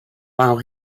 while